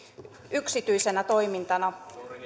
yksityisenä toimintana